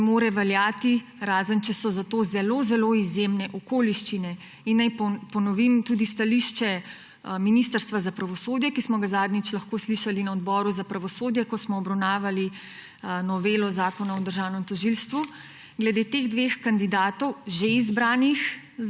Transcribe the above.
ne more veljati, razen če so za to zelo zelo izjemne okoliščine. Naj ponovim tudi stališče Ministrstva za pravosodje, ki smo ga zadnjič lahko slišali na Odboru za pravosodje, ko smo obravnavali novelo Zakona o državnem tožilstvu. Glede teh dveh kandidatov, že izbranih